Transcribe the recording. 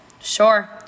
Sure